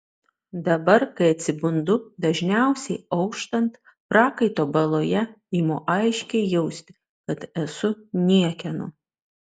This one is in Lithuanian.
dabar kai atsibundu dažniausiai auštant prakaito baloje imu aiškiai jausti kad esu niekieno